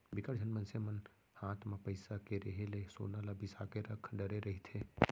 बिकट झन मनसे मन हात म पइसा के रेहे ले सोना ल बिसा के रख डरे रहिथे